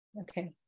Okay